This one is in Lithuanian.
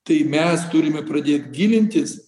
tai mes turime pradėt gilintis